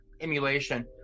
emulation